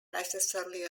necessarily